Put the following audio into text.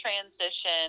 transition